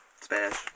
Spanish